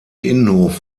innenhof